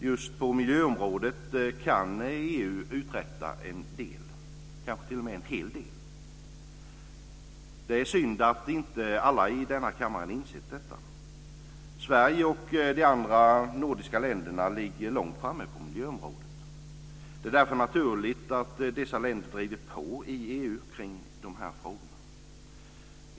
Just på miljöområdet kan EU uträtta en del - kanske t.o.m. en hel del. Det är synd att inte alla i denna kammare insett detta. Sverige och de andra nordiska länderna ligger långt framme på miljöområdet. Det är därför naturligt att dessa länder driver på i EU kring dessa frågor.